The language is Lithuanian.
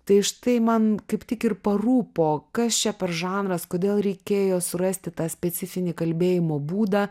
tai štai man kaip tik ir parūpo kas čia per žanras kodėl reikėjo surasti tą specifinį kalbėjimo būdą